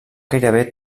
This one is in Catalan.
gairebé